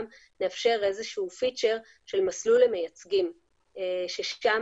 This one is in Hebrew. נאפשר איזשהו פיצ'ר של מסלול למייצגים ושם